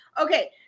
Okay